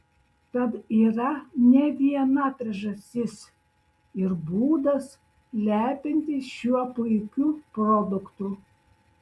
tad yra ne viena priežastis ir būdas lepintis šiuo puikiu produktu